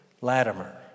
latimer